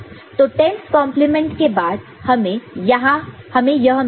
तो 10's complement 10's complement के बाद हमें यहां मिलता है